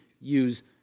use